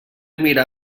mirar